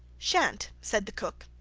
shan't, said the cook.